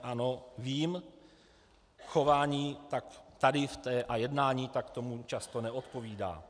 Ano, vím, chování tak tady a jednání tomu často neodpovídá.